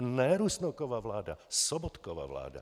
Ne Rusnokova vláda. Sobotkova vláda.